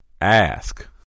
Ask